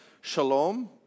Shalom